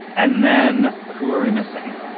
and then who are we missing.